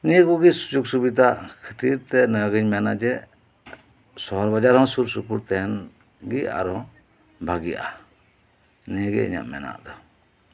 ᱱᱤᱭᱟᱹ ᱠᱩᱜᱮ ᱥᱩᱡᱳᱠ ᱥᱩᱵᱤᱫᱟ ᱠᱷᱟᱹᱛᱤᱨ ᱛᱮ ᱱᱤᱭᱟᱹᱜᱮᱧ ᱢᱮᱱᱟ ᱡᱮ ᱥᱚᱦᱚ ᱵᱟᱡᱟᱨ ᱦᱚᱸ ᱥᱩᱨ ᱥᱩᱯᱩᱨ ᱛᱟᱦᱮᱱ ᱜᱮ ᱟᱨᱦᱚᱸ ᱵᱷᱟᱹᱜᱤᱜᱼᱟ ᱱᱤᱭᱟᱹᱜᱮ ᱤᱧᱟᱹ ᱢᱮᱱᱟᱜ ᱫᱚ